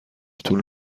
طول